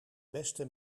beste